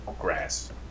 grass